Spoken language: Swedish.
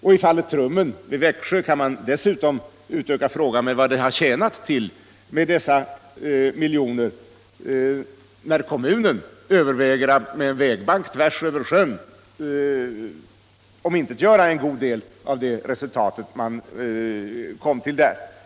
I fallet Trummen vid Växjö kan man dessutom utöka frågan med vad det har tjänat till att lägga ned dessa miljoner, när kommunen överväger att med en vägbank tvärs över sjön omintetgöra en god del av det resultat som uppnåtts.